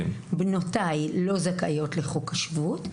בנותיי לא זכאיות לחוק השבות.